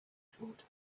thought